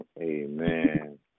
Amen